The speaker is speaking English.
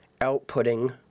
outputting